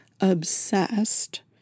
obsessed